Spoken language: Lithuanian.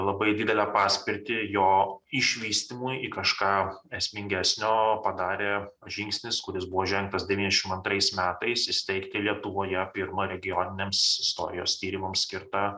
labai didelę paspirtį jo išvystymui į kažką esmingesnio padarė žingsnis kuris buvo žengtas devyniasdešim antrais metais įsteigti lietuvoje pirmą regioniniams istorijos tyrimams skirtą